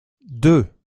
deux